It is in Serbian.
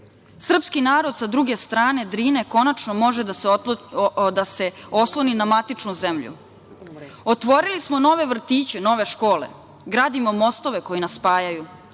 Srpski narod sa druge strane Drine konačno može da se osloni na matičnu zemlju. Otvorili smo nove vrtiće, nove škole. Gradimo mostove koji nas spajaju. Iz